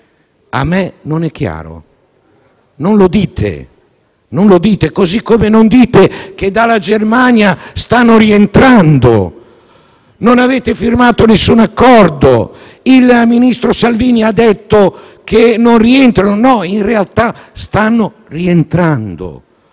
A me non è chiaro. Non lo dite, così come non dite che dalla Germania stanno rientrando. Non avete firmato alcun accordo; il ministro Salvini ha detto che non rientrano. No, in realtà stanno rientrando,